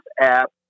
app